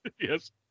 Yes